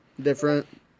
different